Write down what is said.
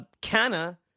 Canna